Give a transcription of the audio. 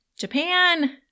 japan